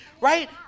Right